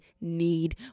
need